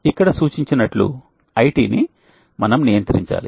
ఇక్కడ సూచించినట్లు IT ని మనం నియంత్రించాలి